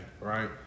right